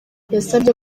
yasabye